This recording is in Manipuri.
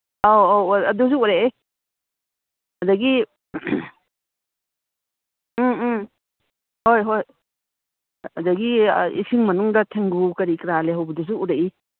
ꯑꯧ ꯑꯧ ꯑꯧ ꯑꯗꯨꯁꯨ ꯎꯔꯛꯏ ꯑꯗꯒꯤ ꯎꯝ ꯎꯝ ꯍꯣꯏ ꯍꯣꯏ ꯑꯗꯒꯤ ꯏꯁꯤꯡ ꯃꯅꯨꯡꯗ ꯊꯦꯡꯒꯨ ꯀꯔꯤ ꯀꯔꯥ ꯂꯩꯍꯧꯕꯗꯨꯁꯨ ꯎꯔꯛꯏ